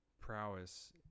prowess